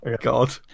god